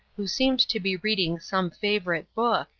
who seemed to be reading some favorite book,